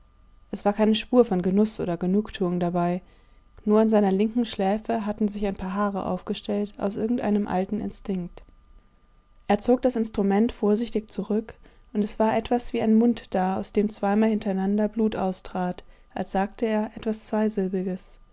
es war keine spur von genuß oder genugtuung dabei nur an seiner linken schläfe hatten sich ein paar haare aufgestellt aus irgendeinem alten instinkt er zog das instrument vorsichtig zurück und es war etwas wie ein mund da aus dem zweimal hintereinander blut austrat als sagte er etwas zweisilbiges